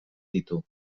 ditu